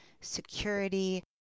security